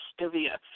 stevia